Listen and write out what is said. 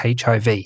HIV